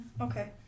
Okay